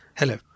hello